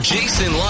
Jason